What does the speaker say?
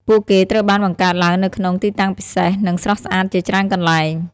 ពួកគេត្រូវបានបង្កើតឡើងនៅក្នុង ទីតាំងពិសេស និងស្រស់ស្អាតជាច្រើនកន្លែង។